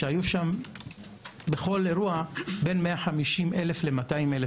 כאשר היו שם בכל אירוע בין 150,000 200,000